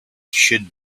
should